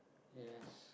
yes